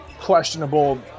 questionable